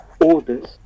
orders